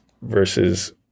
Versus